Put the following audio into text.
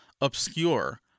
obscure